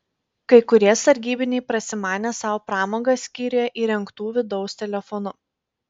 kai kurie sargybiniai prasimanė sau pramogą skyriuje įrengtu vidaus telefonu